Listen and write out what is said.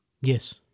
Yes